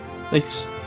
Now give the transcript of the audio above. thanks